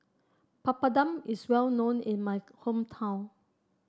papadum is well known in my hometown